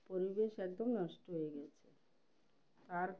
পরিবেশ একদম নষ্ট হয়ে গিয়েছে আর